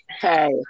Hey